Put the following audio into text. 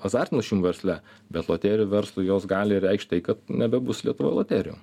azartinių lošimų versle bet loterijų verslui jos gali reikšt tai kad nebebus lietuvoj loterijų